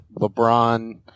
LeBron